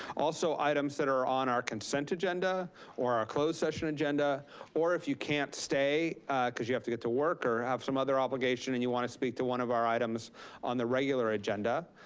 also items that are on our consent agenda or our closed session agenda or if you can't stay cause you have to get to work or have some other obligation and you wanna speak to one of our items on the regular agenda,